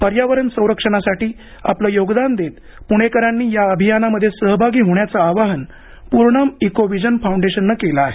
पर्यावरण संरक्षणासाठी आपले योगदान देत पुणेकरांनी या अभियानामध्ये सहभागी होण्याचं आवाहन पूर्णम इकोविजन फाऊंडेशननं केलं आहे